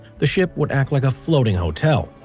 the ship would act like a floating hotel,